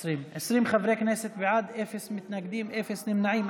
20 חברי כנסת בעד, אפס מתנגדים, אפס נמנעים.